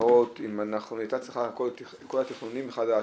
להתחרות אם היא הייתה צריכה את כל התכנונים מחדש.